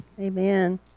amen